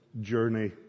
journey